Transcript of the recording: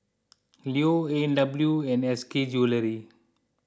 Leo A and W and S K Jewellery